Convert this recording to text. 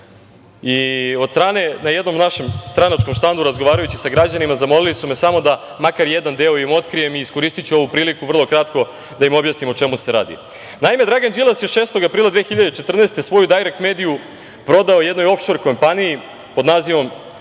toga došlo. Na jednom našem stranačkom štandu, razgovarajući sa građanima, zamolili su me samo da makar jedan deo im otkrijem i iskoristiću ovu priliku vrlo kratko da im objasnim o čemu se radi. Naime, Dragan Đilas je 6. aprila 2014. godine svoju „Dajrekt mediju“ prodao jednoj ofšor kompaniji pod nazivom